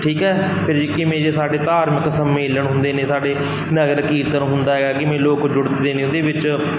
ਠੀਕ ਹੈ ਫਿਰ ਇੱਕ ਕਿਵੇਂ ਜੇ ਸਾਡੇ ਧਾਰਮਿਕ ਸੰਮੇਲਨ ਹੁੰਦੇ ਨੇ ਸਾਡੇ ਨਗਰ ਕੀਰਤਨ ਹੁੰਦਾ ਹੈਗਾ ਕਿਵੇਂ ਲੋਕ ਜੁੜਦੇ ਨੇ ਉਹਦੇ ਵਿੱਚ